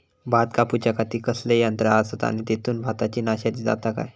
भात कापूच्या खाती कसले यांत्रा आसत आणि तेतुत भाताची नाशादी जाता काय?